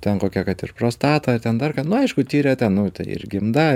ten kokia kad ir prostata ten dar ką nu aišku tiria ten nu tai ir gimda